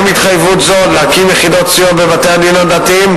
התחייבות זו להקים יחידות סיוע בבתי הדין-הדתיים,